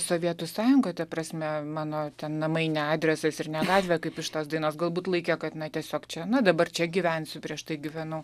sovietų sąjungoj ta prasme mano namai ne adresas ir ne gatvė kaip iš tos dainos galbūt laikė kad na tiesiog čia na dabar čia gyvensiu prieš tai gyvenau